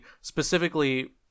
specifically